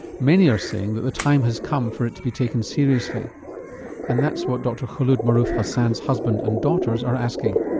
many are saying the time has come for it to be taken seriously and that's what dr khulod maarouf-hassan's husband and daughters are asking,